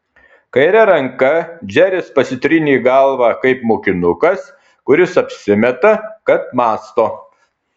kaire ranka džeris pasitrynė galvą kaip mokinukas kuris apsimeta kad mąsto